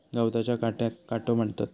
गवताच्या काट्याक काटो म्हणतत